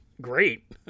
Great